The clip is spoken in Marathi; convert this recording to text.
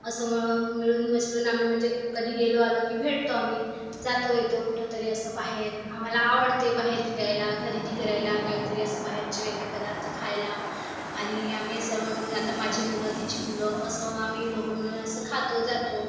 असं मिळून मिसळून आम्ही म्हणजे कधी गेलो आलो की भेटतो आम्ही जातो येतो कुठं तरी असं बाहेर आम्हाला आवडते बाहेर फिरायला खरेदी करायला काहीतरी असं बाहेरचे वेगळे पदार्थ खायला आणि आम्ही सर्व मिळून आता माझी मुलं तिची मुलं असं आम्ही दोघं मिळून असं खातो जातो